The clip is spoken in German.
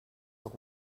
auch